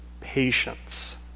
patience